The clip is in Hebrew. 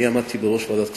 אני עמדתי בראש ועדת הכספים.